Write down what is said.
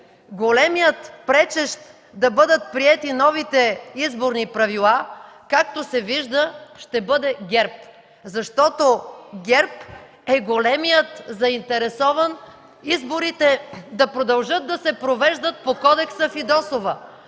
Големият пречещ да бъдат приети новите изборни правила, както се вижда ще бъде ГЕРБ. Защото ГЕРБ е големият заинтересован изборите да продължат да се провеждат по Кодекса „Фидосова“.